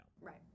Right